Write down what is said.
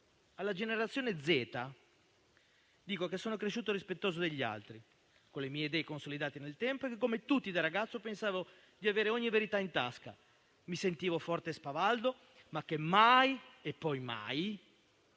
Alla generazione Z dico che sono cresciuto rispettoso degli altri, con le mie idee consolidate nel tempo: come tutti, da ragazzo pensavo di avere ogni verità in tasca, mi sentivo forte e spavaldo, ma mai e poi mai